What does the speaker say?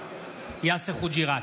יאסר חוג'יראת,